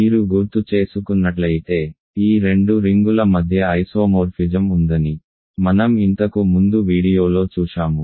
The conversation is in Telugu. మీరు గుర్తు చేసుకున్నట్లయితే ఈ రెండు రింగుల మధ్య ఐసోమోర్ఫిజం ఉందని మనం ఇంతకు ముందు వీడియోలో చూశాము